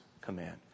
command